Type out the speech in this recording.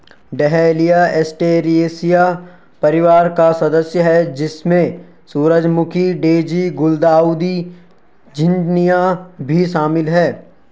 dahlia Asteraceae परिवार का सदस्य है, जिसमें सूरजमुखी, डेज़ी, गुलदाउदी, झिननिया भी शामिल है